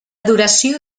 duració